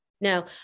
No